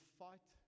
fight